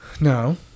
No